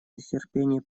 нетерпении